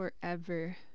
forever